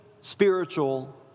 spiritual